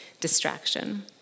distraction